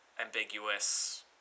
ambiguous